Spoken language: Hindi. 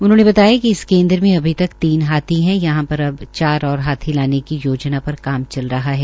उन्होंने बताया कि इस केन्द्र में अभी तक तीन हाथी है यहां पर अब चार और हाथी लाने की योजना पर काम चल रहा है